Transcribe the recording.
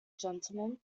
gentleman